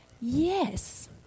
yes